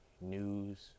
news